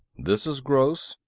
this is gross.